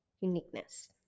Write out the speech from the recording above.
uniqueness